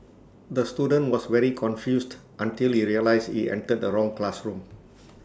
the student was very confused until he realised he entered the wrong classroom